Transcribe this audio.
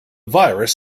virus